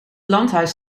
landhuis